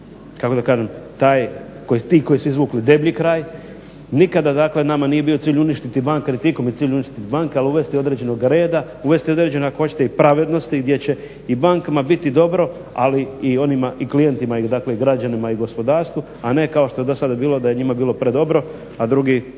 kako da kažem ti koji su izvukli deblji kraj. Nikada dakle nama nije bio cilj uništiti banke, niti je ikome cilj uništiti banke ali uvesti određenog reda, uvesti određene ako hoćete i pravednosti gdje će i bankama biti dobro ali i onima i klijentima, dakle i građanima i gospodarstvu, a ne kao što je do sada bilo da je njima bilo predobro a drugi